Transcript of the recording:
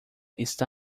está